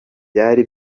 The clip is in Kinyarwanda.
byari